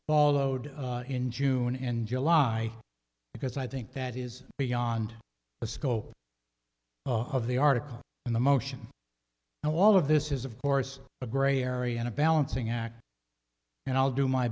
fall owed in june and july because i think that is beyond the scope of the article and the motion and all of this is of course a grey area and a balancing act and i'll do my